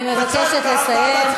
אני מבקשת לסיים.